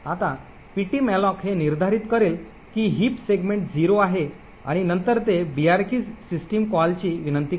आता ptmalloc हे निर्धारित करेल की हीप सेगमेंट 0 आहे आणि नंतर ते brk सिस्टम कॉलची विनंती करेल